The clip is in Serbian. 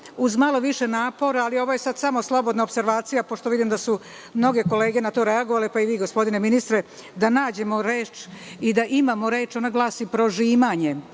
uz malo više napora ali ovo je sad samo slobodna opservacija pošto vidim da su mnoge kolege na to reagovale, pa i vi gospodine ministre, da nađemo reč i da imamo reč. Ona glasi prožimanje,